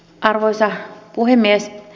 arvoisa puhemies